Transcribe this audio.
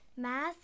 Math